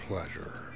pleasure